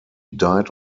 died